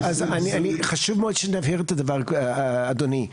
חשוב מאוד שנבהיר את הדבר אדוני.